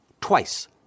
Twice